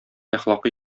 әхлакый